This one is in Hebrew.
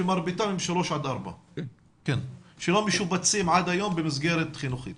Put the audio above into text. שמרביתם הם 3 עד 4 שלא משובצים עד היום במסגרת חינוכית,